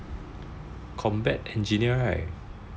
combat engineer right